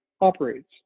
operates